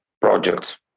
projects